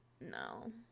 no